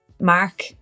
Mark